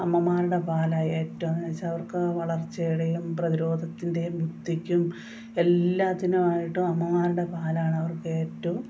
അമ്മമാരുടെ പാലാണ് ഏറ്റവും എന്താണെന്നു വെച്ചാൽ അവരുടെ വളർച്ചയുടെയും പ്രതിരോധത്തിൻ്റെയും ബുദ്ധിക്കും എല്ലാറ്റിനും ആയിട്ടും അമ്മമാരുടെ പാലാണ് അവർക്ക് ഏറ്റവും